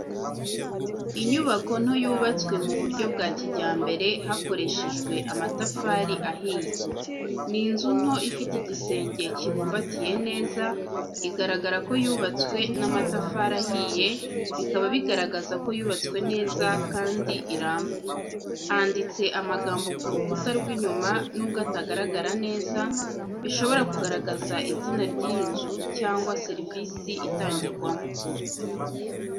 Inyubako nto yubatswe mu buryo bwa kijyambere hakoreshejwe amatafari ahiye. Ni inzu nto ifite igisenge kibumbatiye neza, igaragara ko yubatswe n’amatafari ahiye, bikaba bigaragaza ko yubatswe neza kandi iramba. Handitse amagambo ku rukuta rw’inyuma nubwo atagaragara neza, bishobora kugaragaza izina ry'iyi nzu cyangwa serivisi itangirwamo.